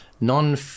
Non